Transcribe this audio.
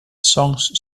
songs